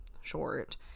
short